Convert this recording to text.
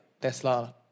Tesla